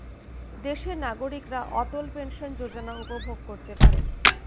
দেশের নাগরিকরা অটল পেনশন যোজনা উপভোগ করতে পারেন